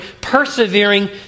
persevering